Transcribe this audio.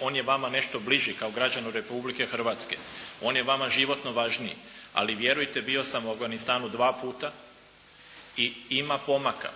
On je vama nešto bliži kao građaninu Republike Hrvatske, on je vama životno važniji. Ali vjerujte, bio sam u Afganistanu dva puta i ima pomaka,